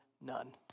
none